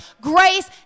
Grace